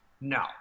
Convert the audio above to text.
no